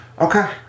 Okay